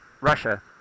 Russia